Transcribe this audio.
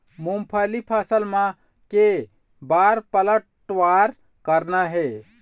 मूंगफली फसल म के बार पलटवार करना हे?